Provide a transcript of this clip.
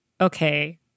okay